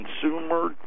consumer